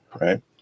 right